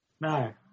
No